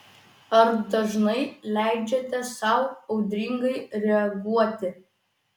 ar dažnai leidžiate sau audringai reaguoti